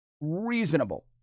reasonable